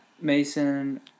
mason